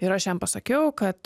ir aš jam pasakiau kad